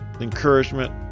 encouragement